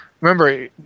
remember